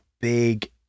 big